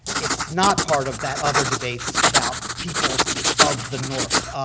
it's not part of that other debate about peoples of the north.